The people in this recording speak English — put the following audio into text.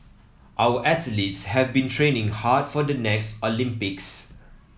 our athletes have been training hard for the next Olympics